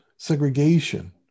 Segregation